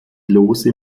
lose